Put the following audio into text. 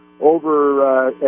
over